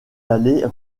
aller